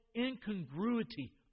incongruity